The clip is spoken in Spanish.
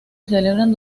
celebran